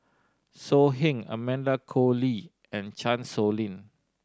So Heng Amanda Koe Lee and Chan Sow Lin